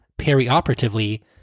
perioperatively